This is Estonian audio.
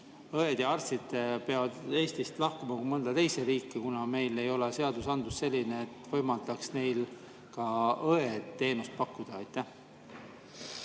õed ja arstid peavad Eestist lahkuma mõnda teise riiki, kuna meil ei ole seadused sellised, et need võimaldaksid neil ka õeteenust pakkuda.